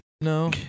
No